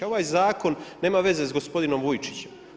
Ovaj zakon nema veze sa gospodinom Vujčićem.